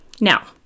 Now